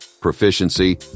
proficiency